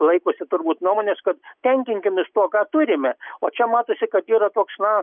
laikosi turbūt nuomonės kad tenkinkimės tuo ką turime o čia matosi kad yra toks na